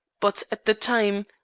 but at the time,